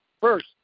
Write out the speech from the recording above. first